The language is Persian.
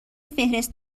فهرست